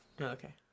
Okay